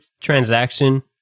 transaction